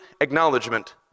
acknowledgement